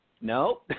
No